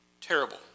terrible